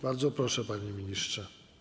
Bardzo proszę, panie ministrze.